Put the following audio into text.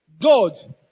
God